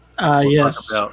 yes